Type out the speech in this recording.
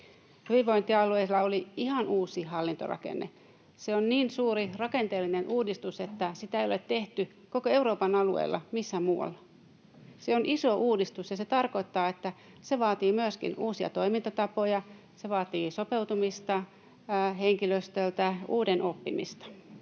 Hyvinvointialueilla oli ihan uusi hallintorakenne. Se on niin suuri rakenteellinen uudistus, että sitä ei ole tehty koko Euroopan alueella missään muualla. Se on iso uudistus, ja se tarkoittaa, että se vaatii myöskin uusia toimintatapoja, se vaatii sopeutumista henkilöstöltä, uuden oppimista.